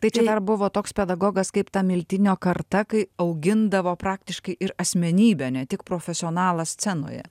tai čia dar buvo toks pedagogas kaip ta miltinio karta kai augindavo praktiškai ir asmenybę ne tik profesionalą scenoje